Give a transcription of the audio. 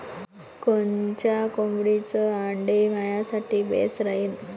कोनच्या कोंबडीचं आंडे मायासाठी बेस राहीन?